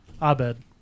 Abed